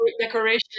Decoration